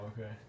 okay